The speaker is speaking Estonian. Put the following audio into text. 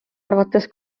arvates